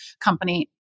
company